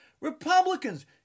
Republicans